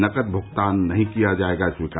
नकद भुगतान नहीं किया जाएगा स्वीकार